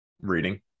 reading